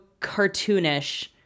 cartoonish